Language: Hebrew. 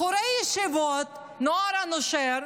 בחורי ישיבות, הנוער הנושר,